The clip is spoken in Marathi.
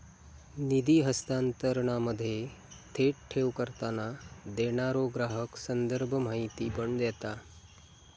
निधी हस्तांतरणामध्ये, थेट ठेव करताना, देणारो ग्राहक संदर्भ माहिती पण देता